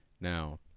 Now